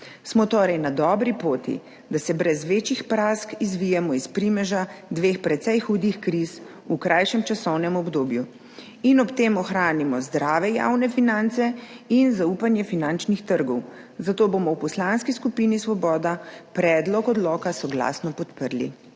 Smo torej na dobri poti, da se brez večjih prask izvijemo iz primeža dveh precej hudih kriz v krajšem časovnem obdobju in ob tem ohranimo zdrave javne finance in zaupanje finančnih trgov. Zato bomo v Poslanski skupini Svoboda predlog odloka soglasno podprli.